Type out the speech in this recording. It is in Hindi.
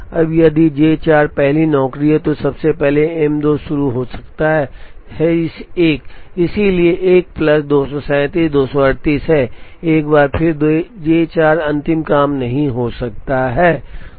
अब यदि J 4 पहली नौकरी है तो सबसे पहले M 2 शुरू हो सकता है 1 इसलिए 1 प्लस 237 238 है एक बार फिर J 4 अंतिम काम नहीं हो सकता है